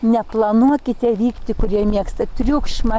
neplanuokite vykti kurie mėgsta triukšmą